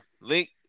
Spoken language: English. Link